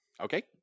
Okay